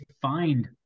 find